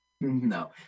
No